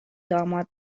داماد